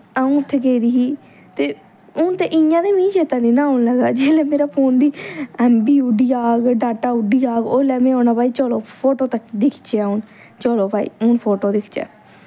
अ'ऊं उत्थें गेदी ही ते हून ते इ'यां ते मिगी चैत्ता नी ना औन लगा जेल्लै मेरे फोन दी एम बी उड्डी जाग डाटा उड्डी जाग ओल्लै में औना भाई चलो फोटो तक दिखचै हून चलो भाई हून फोटो दिखचै